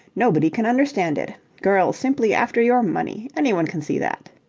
nobody can understand it. girl's simply after your money. anyone can see that.